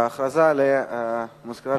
הודעה למזכירת